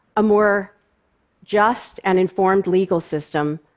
a more just and informed legal system,